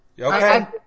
Okay